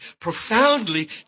profoundly